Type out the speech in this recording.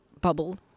bubble